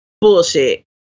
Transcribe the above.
bullshit